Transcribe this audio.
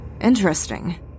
Interesting